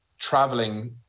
traveling